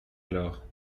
alors